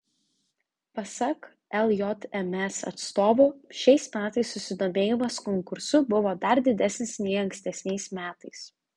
pasak ljms atstovų šiais metais susidomėjimas konkursu buvo dar didesnis nei ankstesniais metais